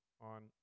on